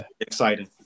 exciting